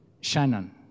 Shannon